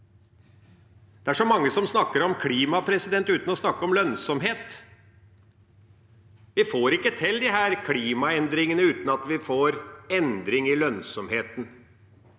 Det er så mange som snakker om klima uten å snakke om lønnsomhet. Vi får ikke til disse klimaendringene uten at vi får endring i lønnsomheten.